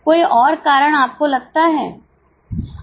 कोई और कारण आपको लगता है